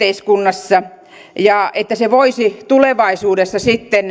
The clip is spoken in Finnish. yhteiskunnassa ja että se voisi tulevaisuudessa sitten